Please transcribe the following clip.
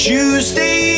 Tuesday